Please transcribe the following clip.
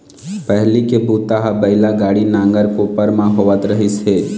पहिली के बूता ह बइला गाड़ी, नांगर, कोपर म होवत रहिस हे